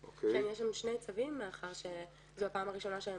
יש לנו שני צווים מאחר שזאת הפעם הראשונה שהם